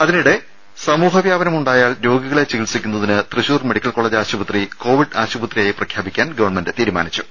അതിനിടെ സമൂഹവ്യാപനമുണ്ടായാൽ രോഗികളെ ചികിത്സിക്കുന്നതിന് തൃശൂർ മെഡിക്കൽ കോളേജ് ആശുപത്രി കോവിഡ് ആശുപത്രിയായി പ്രഖ്യാപിക്കാൻ തീരുമാനിച്ചു